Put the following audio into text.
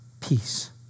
Peace